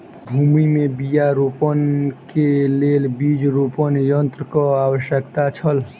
भूमि में बीया रोपअ के लेल बीज रोपण यन्त्रक आवश्यकता छल